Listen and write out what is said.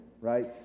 right